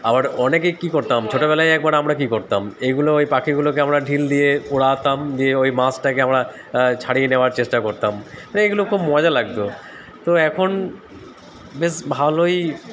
আবার অনেকে কী করতাম ছোটোবেলায় একবার আমরা কী করতাম এইগুলো ওই পাখিগুলোকে আমরা ঢিল দিয়ে ওড়াতাম দিয়ে ওই মাছটাকে আমরা ছাড়িয়ে নেওয়ার চেষ্টা করতাম মানে এইগুলো খুব মজা লাগতো তো এখন বেশ ভালোই